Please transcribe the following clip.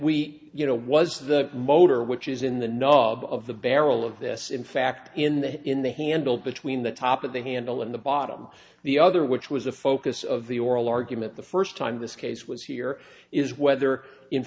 we you know was the motor which is in the nub of the barrel of this in fact in the in the handle between the top of the handle and the bottom the other which was a focus of the oral argument the first time this case was here is whether in